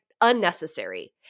unnecessary